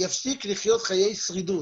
'יפסיק לחיות חיי שרידות'.